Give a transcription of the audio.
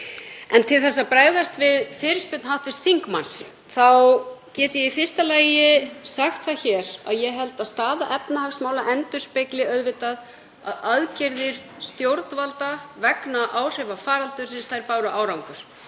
En til að bregðast við fyrirspurn hv. þingmanns get ég í fyrsta lagi sagt það hér að ég held að staða efnahagsmála endurspegli að aðgerðir stjórnvalda vegna áhrifa faraldursins báru árangur.